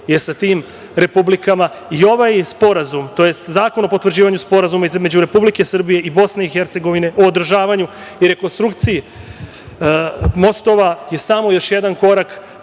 je sa tim republikama i ovaj Sporazum tj. Zakon o potvrđivanju Sporazuma između Republike Srbije i BiH o održavanju i rekonstrukciji mostova je samo još jedan korak